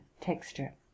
texture